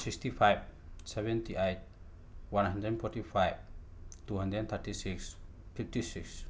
sixty five seventy eight one hundred forty five two hundred thirty six fifty six